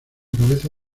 cabeza